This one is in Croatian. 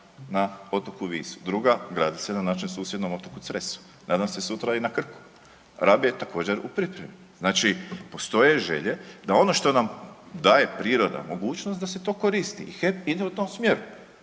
na otoku Visu, druga gradi se na našem susjedom otoku Cresu, nadam se sutra i na Krku, Rab je također u pripremi. Znači postoje želje da ono što nam daje priroda mogućnost da se to koristi i HEP ide u tom smjeru.